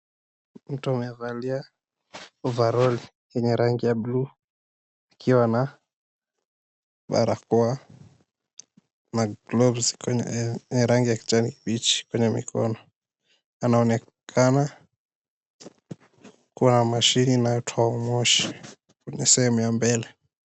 Mtu amevalia ovaroli, yenye rangi ya blue , akiwa na barakoa na gloves kwenye ya rangi ya kijani kibichi kwenye mikono. Anaonekana kuwa na mashini inayotoa moshi, kwenye sehemu ya mbele.